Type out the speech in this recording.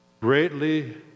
greatly